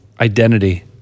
Identity